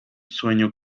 sueño